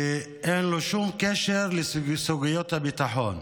שאין לו שום קשר לסוגיות הביטחון.